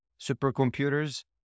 supercomputers